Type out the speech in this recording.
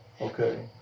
Okay